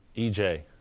e j